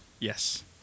Yes